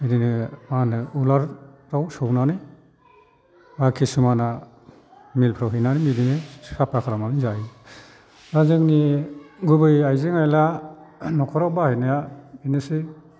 बिदिनो मा होनो उलार फ्राव सौनानै बा खिसुमानआ मिलफ्राव हैनानै बिदिनो साफा खालामनाै जायो दा जोंनि गुबै आइजें आइला न'खराव बाहायनाया बेनोसै